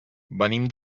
venim